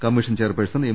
commission chairperson M